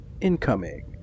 incoming